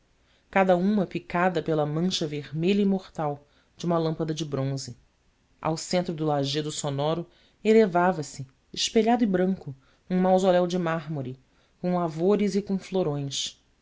cada uma picada pela mancha vermelha e mortal de uma lâmpada de bronze ao centro do lajedo sonoro elevava-se espelhado e branco um mausoléu de mármore com lavores e com florões